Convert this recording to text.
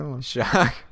shock